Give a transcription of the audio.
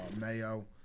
mayo